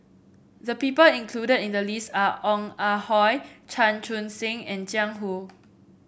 the people included in the list are Ong Ah Hoi Chan Chun Sing and Jiang Hu